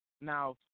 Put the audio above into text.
now